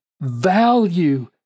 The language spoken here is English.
Value